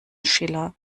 schiller